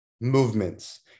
movements